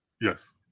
Yes